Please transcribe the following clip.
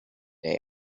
der